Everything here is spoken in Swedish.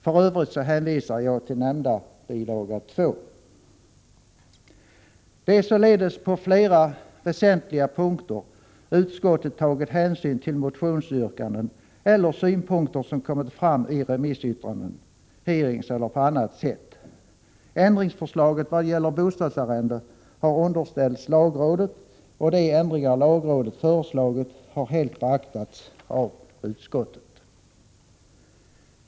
För övrigt hänvisar jag till nämnda bil. 2. Det är således på flera väsentliga punkter som utskottet tagit hänsyn till motionsyrkanden eller synpunkter som kommit fram i remissyttranden, vid hearings eller på annat sätt. Ändringsförslaget vad gäller bostadsarrende har underställts lagrådet, och de ändringar lagrådet föreslagit har helt beaktats av utskottet.